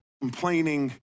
complaining